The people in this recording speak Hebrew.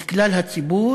את כלל הציבור,